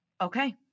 okay